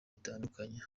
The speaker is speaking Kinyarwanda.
bitandukanye